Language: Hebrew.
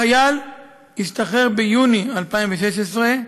החייל השתחרר ביוני 2016,